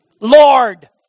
Lord